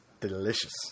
delicious